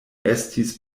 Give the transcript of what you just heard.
estis